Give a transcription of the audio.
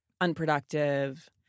unproductive